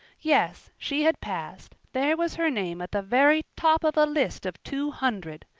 yes, she had passed there was her name at the very top of a list of two hundred!